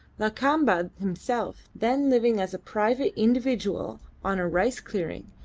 lakamba himself, then living as a private individual on a rice clearing,